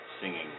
singing